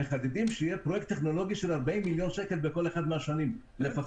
מחדדים שיהיה פרויקט טכנולוגי של 40 מיליון שקל בכל אחת מהשנים לפחות.